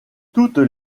toutes